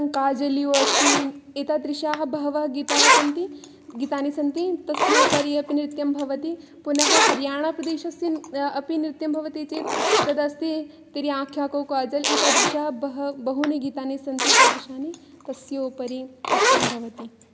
काजलियो अस्ति एतादृशाः बहवः गीताः सन्ति गीतानि सन्ति तस्योपरि अपि नृत्यं भवति पुनः हर्याणाप्रदेशस्य अपि नृत्यं भवति चेत् तदस्ति तेरी आख्या को काजल् एतादृशाः बह बहूनि गीतानि सन्ति एतादृशानि तस्योपरि नृत्यं भवति